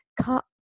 cut